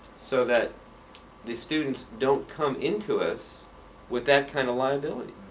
so that the students don't come into us with that kind of liability.